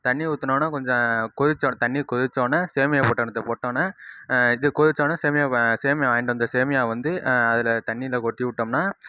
தண்ணிர் ஊற்றுனவொன்னே கொஞ்சம் கொதித்தவொன்ன தண்ணிர் கொதித்தவொன்னே சேமியா பொட்டலத்தை போட்டவொன்னே இது கொதித்தவொன்னே சேமியா சேமியா வாங்கிகிட்டு வந்த சேமியா வந்து அதில் தண்ணியில் கொட்டி விட்டோம்னா